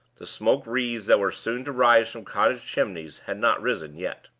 the smoke wreaths that were soon to rise from cottage chimneys had not risen yet.